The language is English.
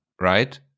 right